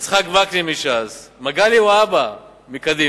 יצחק וקנין מש"ס, מגלי והבה מקדימה,